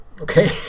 Okay